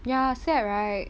ya sad right